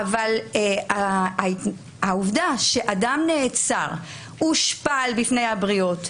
אבל העובדה שאדם נעצר והושפל בפני הבריות,